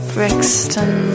Brixton